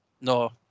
No